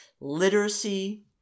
literacy